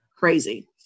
crazy